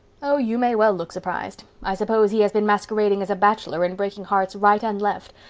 oh, you may well look surprised. i suppose he has been masquerading as a bachelor and breaking hearts right and left.